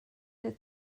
their